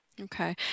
Okay